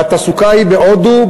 והתעסוקה היא בהודו,